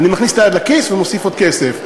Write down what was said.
אני מכניס את היד לכיס ומוסיף עוד כסף,